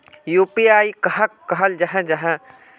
UPI कहाक कहाल जाहा जाहा?